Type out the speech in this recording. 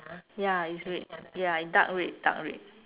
ya it's red ya dark red dark red